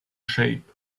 shape